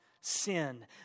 sin